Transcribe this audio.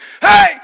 hey